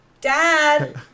Dad